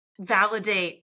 validate